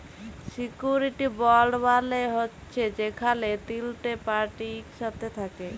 surety bond মালে হছে যেখালে তিলটে পার্টি ইকসাথে থ্যাকে